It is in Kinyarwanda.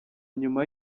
nyuma